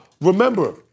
remember